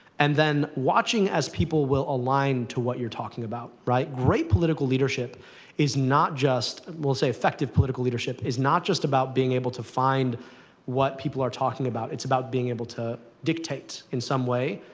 and then watching as people will align to what you're talking about, right. great political leadership is not just we'll say effective political leadership is not just about being able to find what people are talking about. it's about being able to dictate, in some way,